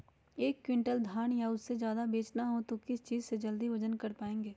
एक क्विंटल धान या उससे ज्यादा बेचना हो तो किस चीज से जल्दी वजन कर पायेंगे?